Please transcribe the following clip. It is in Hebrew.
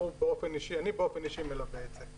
אני באופן אישי מלווה את זה.